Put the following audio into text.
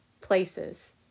places